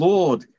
Lord